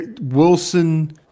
Wilson